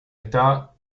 età